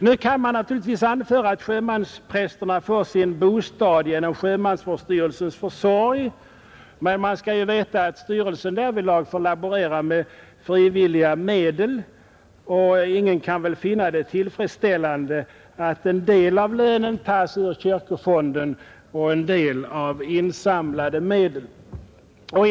Nu kan det anföras att sjömansprästerna får sin bostad genom sjömansvårdsstyrelsens försorg, men då skall man tänka på att styrelsen där får laborera med frivilliga medel. Ingen kan väl finna det tillfredställande att en del av lönen tas ur kyrkofonden och en del av insamlade medel.